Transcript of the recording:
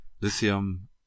Lithium